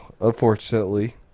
unfortunately